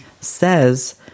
says